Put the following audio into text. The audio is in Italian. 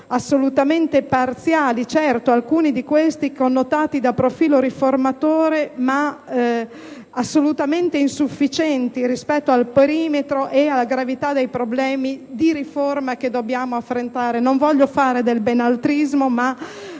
assolutamente parziali; certo, alcuni di questi connotati hanno un profilo riformatore, ma assolutamente insufficiente rispetto al perimetro ed alla gravità dei problemi che dobbiamo affrontare. Non voglio fare del "benaltrismo", ma